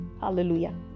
Hallelujah